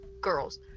girls